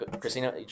Christina